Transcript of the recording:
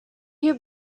you